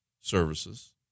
services